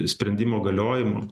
sprendimo galiojimo